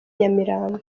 nyamirambo